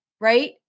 right